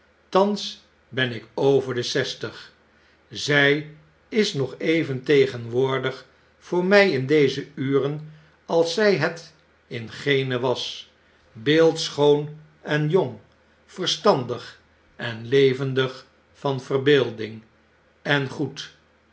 tjaans ben ik over dezestig zy is nog even tegenwoordig voor my indeze uren als zij het in gene was beeldschoon en jong verstandig en levendig van verbeelding en goed